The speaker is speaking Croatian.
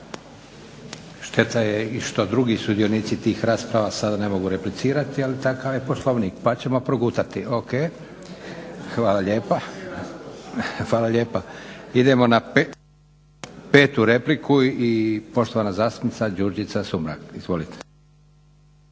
Šteta je što i drugi sudionici tih rasprava sada ne mogu replicirati, ali takav je poslovnik, pa ćemo progutati. O.k. Hvala lijepa. Idemo na petu repliku i poštovana zastupnica Đurđica Sumrak. **Sumrak,